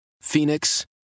Phoenix